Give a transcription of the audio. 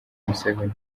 museveni